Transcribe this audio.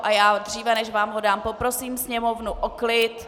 A dříve, než vám ho dám, poprosím sněmovnu o klid .